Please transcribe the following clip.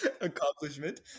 Accomplishment